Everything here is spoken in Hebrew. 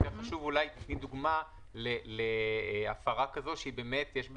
יותר חשוב שתתני דוגמה להפרה כזאת שיש בה